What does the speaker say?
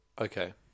Okay